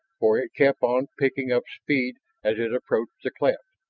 for it kept on, picking up speed as it approached the cleft.